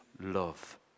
love